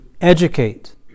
educate